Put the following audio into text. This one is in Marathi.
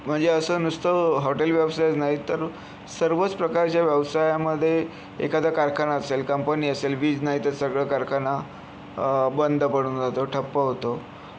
म्हणजे असं नुसतं हॉटेल व्यवसायच नाही तर सर्वच प्रकारच्या व्यवसायामध्ये एखादा कारखाना असेल कंपनी असेल वीज नाहीतर सगळा कारखाना बंद पडून राहतो ठप्प होतो